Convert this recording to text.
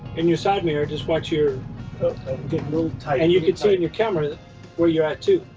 and your side mirror just watch you're getting a little tight. and you could see it in your camera where you're at too,